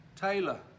taylor